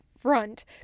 front